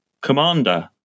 commander